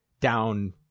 down